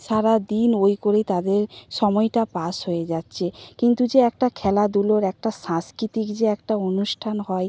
সারা দিন ওই করে তাদের সময়টা পাস হয়ে যাচ্ছে কিন্তু যে একটা খেলাধুলোর একটা সাংস্কৃতিক যে একটা অনুষ্ঠান হয়